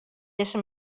dizze